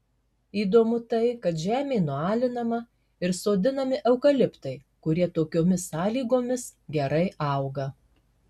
įdomu tai kad žemė nualinama ir sodinami eukaliptai kurie tokiomis sąlygomis gerai auga